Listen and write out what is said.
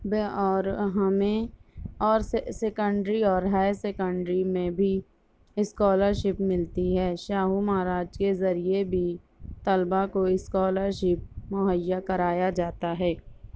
بے اور ہمیں اور سے سیکنڈری اور ہائر سیکنڈری میں بھی اسکالرشپ ملتی ہے شاہو مہاراج کے ذریعے بھی طلبا کو اسکالرشپ مہیا کرایا جاتا ہے